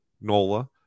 Nola